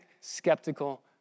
skeptical